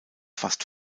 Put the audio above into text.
fast